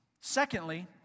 Secondly